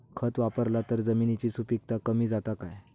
खत वापरला तर जमिनीची सुपीकता कमी जाता काय?